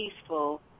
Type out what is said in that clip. peaceful